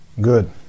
Good